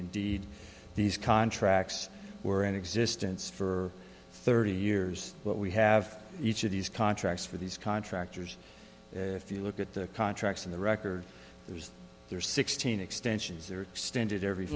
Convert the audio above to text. indeed these contracts were in existence for thirty years but we have each of these contracts for these contractors if you look at the contracts in the record there's there are sixteen extensions are extended every